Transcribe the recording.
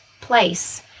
place